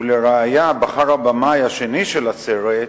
ולראיה בחר הבמאי השני של הסרט,